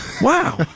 wow